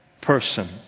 person